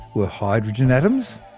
were hydrogen atoms,